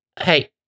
Hey